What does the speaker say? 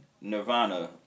Nirvana